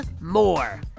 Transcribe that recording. More